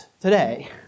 today